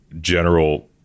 general